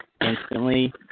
instantly